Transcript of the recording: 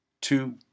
two